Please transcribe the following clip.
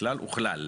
כלל וכלל.